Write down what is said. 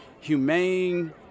humane